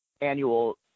annual